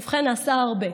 ובכן, נעשה הרבה.